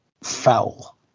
foul